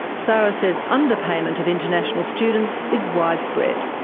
sara says underpayment of international students is widespread.